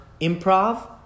improv